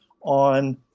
on